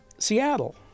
Seattle